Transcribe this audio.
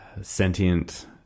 Sentient